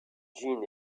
jin